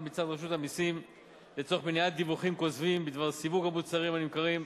מצד רשות המסים לצורך מניעת דיווחים כוזבים בדבר סיווג המוצרים הנמכרים,